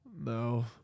No